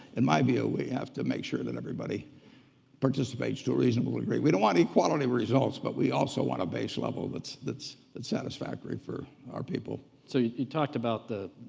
in my view we have to make sure that everybody participates to a reasonable degree. we don't want equality results but we also want a base level that's that's satisfactory for our people. so you talked about the,